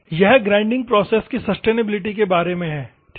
यह grinding process की sustainability के बारे में है ठीक है